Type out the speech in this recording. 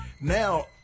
Now